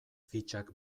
fitxak